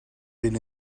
been